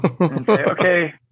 Okay